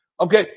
Okay